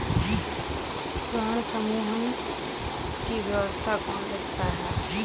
ऋण समूहन की व्यवस्था कौन देखता है?